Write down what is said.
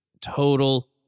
total